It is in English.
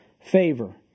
favor